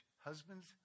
Husbands